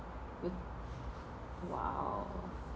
with !wow!